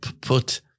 put